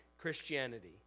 Christianity